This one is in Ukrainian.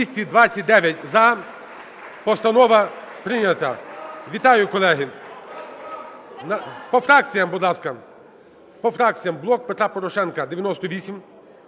За-229 Постанова прийнята. Вітаю, колеги. По фракціях, будь ласка, по фракціях. "Блок Петра Порошенка" –